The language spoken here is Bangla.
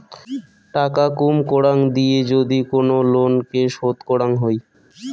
টাকা কুম করাং দিয়ে যদি কোন লোনকে শোধ করাং হই